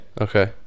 okay